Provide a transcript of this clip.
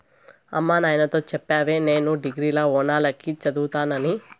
అమ్మ నాయనతో చెప్పవే నేను డిగ్రీల ఓనాల కి చదువుతానని